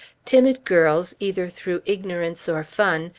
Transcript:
timid girls, either through ignorance or fun,